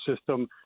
system